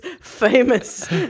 famous